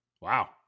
Wow